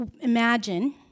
imagine